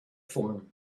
form